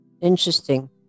interesting